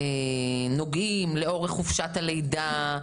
נוגעים לאורך חופשת הלידה,